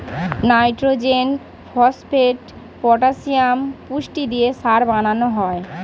nitrogen, phosphate, potassium পুষ্টি দিয়ে সার বানানো হয়